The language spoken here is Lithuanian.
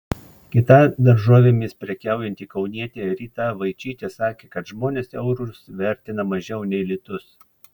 kita daržovėmis prekiaujanti kaunietė rita vaičytė sakė kad žmonės eurus vertina mažiau nei litus